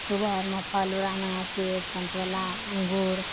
सुबह आओरमे फल उल अनार सेब समतोला अङ्गूर